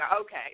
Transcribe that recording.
Okay